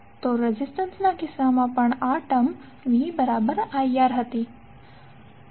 તો રેઝિસ્ટન્સના કિસ્સામાં પણ આ ટર્મ viR હતી